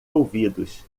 ouvidos